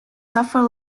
suffer